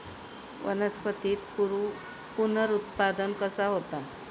वनस्पतीत पुनरुत्पादन कसा होता?